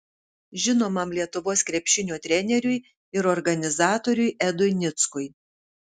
žinomam lietuvos krepšinio treneriui ir organizatoriui edui nickui